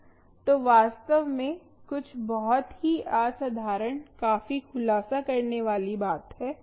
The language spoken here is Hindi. तो वास्तव में कुछ बहुत ही असाधारण काफी खुलासा करने वाली बात है